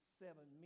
seven